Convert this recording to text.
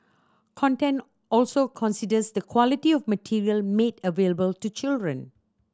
content also considers the quality of material made available to children